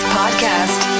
podcast